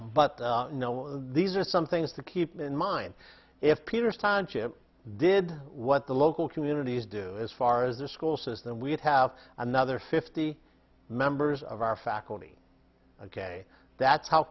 but no these are some things to keep in mind if peter sonship did what the local communities do as far as the school system we'd have another fifty members of our faculty ok that's how